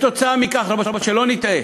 כתוצאה מכך, אבל שלא נטעה,